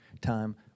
time